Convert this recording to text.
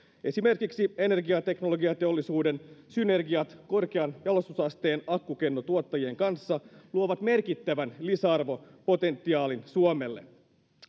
esimerkiksi energiateknologiateollisuuden synergiat korkean jalostusasteen akkukennotuottajien kanssa luovat merkittävän lisäarvopotentiaalin suomelle